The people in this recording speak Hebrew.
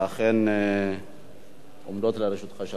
ואכן עומדות לרשותך שלוש דקות.